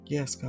Yes